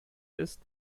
ist